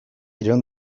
iraun